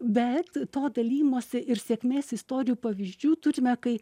bet to dalijimosi ir sėkmės istorijų pavyzdžių turime kai